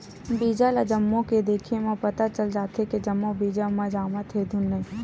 बीजा ल जमो के देखे म पता चल जाथे के जम्मो बीजा ह जामत हे धुन नइ